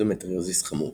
- אנדומטריוזיס חמור